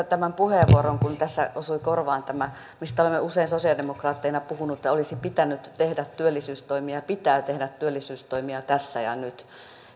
tämän puheenvuoron kun tässä osui korvaan tämä mistä olemme usein sosialidemokraatteina puhuneet että olisi pitänyt tehdä työllisyystoimia pitää tehdä työllisyystoimia tässä ja nyt